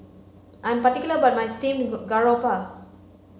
I am particular about my steamed garoupa